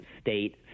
state